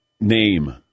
name